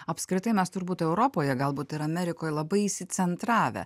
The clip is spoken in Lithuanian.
apskritai mes turbūt europoje galbūt ir amerikoj labai įsicentravę